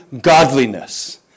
godliness